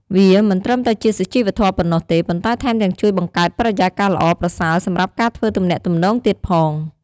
វាមិនត្រឹមតែជាសុជីវធម៌ប៉ុណ្ណោះទេ ប៉ុន្តែថែមទាំងជួយបង្កើតបរិយាកាសល្អប្រសើរសម្រាប់ការធ្វើទំនាក់ទំនងទៀតផង។